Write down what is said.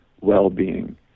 well-being